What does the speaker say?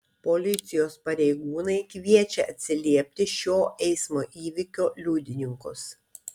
policijos pareigūnai kviečia atsiliepti šio eismo įvykio liudininkus